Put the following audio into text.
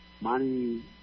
Money